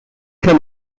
can